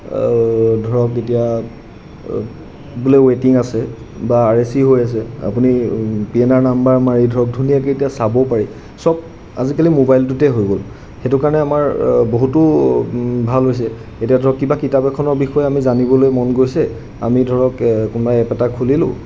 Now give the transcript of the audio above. ধৰক এতিয়া বোলে ৱেইটিং আছে বা আৰ এ চি হৈ আছে আপুনি পি এন আৰ নাম্বাৰ মাৰি ধৰক ধুনীয়াকৈ এতিয়া চাবও পাৰি চব আজিকালি মোবাইলটোতে হৈ গ'ল সেইটো কাৰণে আমাৰ বহুতো ভাল হৈছে এতিয়া ধৰক কিবা কিতাপ এখনৰ বিষয়ে আমি জানিবলৈ মন গৈছে আমি ধৰক কোনোবা এপ এটা খুলিলোঁ